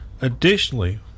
Additionally